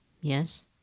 Yes